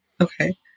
okay